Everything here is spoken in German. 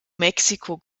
mexico